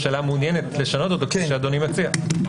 הממשלה יכולה להכריז על זה עוד לפני האישור של הכנסת,